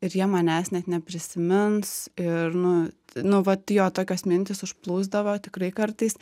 ir jie manęs net neprisimins ir nu nu vat jo tokios mintys užplūsdavo tikrai kartais